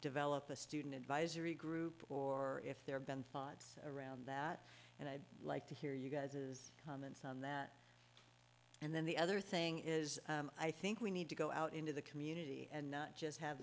develop a student advisory group or if there have been thoughts around that and i'd like to hear you guys is comments on that and then the other thing is i think we need to go out into the community and not just have